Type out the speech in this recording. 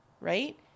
right